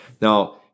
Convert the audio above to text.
Now